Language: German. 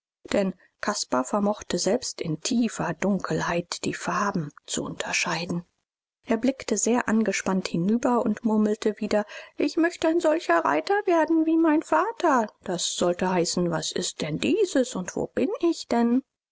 denn caspar vermochte selbst in tiefer dunkelheit die farben zu unterscheiden er blickte sehr angespannt hinüber und murmelte wieder ich möcht ein solcher reiter werden wie mein vater das sollte heißen was ist denn dieses und wo bin ich denn